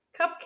Cupcake